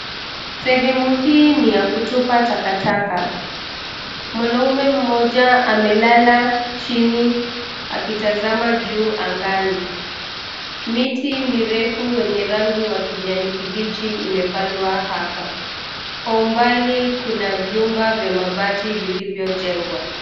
Sehemu hii ni ya kutupa takataka. Mwanaume mmoja amelala chini akitazama juu angani. Miti mirefu wenye rangi wa kijani kibichi imepandwa hapa, kwa umbali kuna vyumba vya mabati vilivyojengwa.